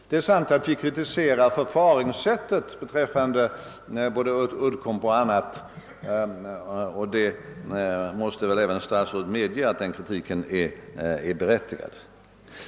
Det är sant att vi har kritiserat förfaringssättet beträffande tillkomsten av såväl Uddcomb som andra företag, men därvidlag måste väl även statsrådet medge att kritiken varit berättigad.